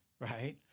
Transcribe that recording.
right